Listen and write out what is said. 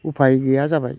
उफाय गैया जाबाय